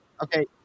Okay